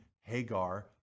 Hagar